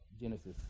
Genesis